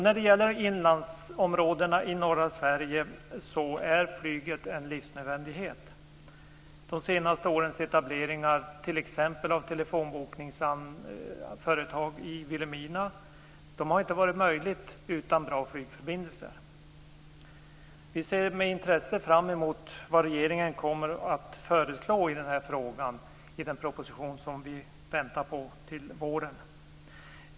När det gäller inlandsområdena i norra Sverige är flyget en livsnödvändighet. De senaste årens etableringar, t.ex. av telefonbokningföretag i Vilhelmina, hade inte varit möjliga utan bra flygförbindelser. Vi ser med intresse fram emot vad regeringen kommer att föreslå i den här frågan i den proposition som vi väntar till våren.